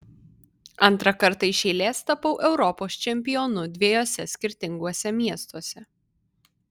antrą kartą iš eilės tapau europos čempionu dviejuose skirtinguose miestuose